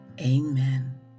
Amen